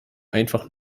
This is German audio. einfach